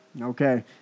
Okay